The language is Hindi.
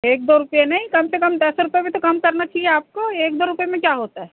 एक दो रुपए नहीं कम से कम दस रुपए भी तो कम करना चाहिए आपको एक दो रुपए में क्या होता है